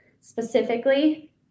specifically